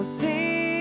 see